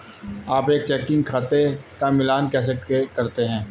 आप एक चेकिंग खाते का मिलान कैसे करते हैं?